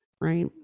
right